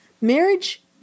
marriage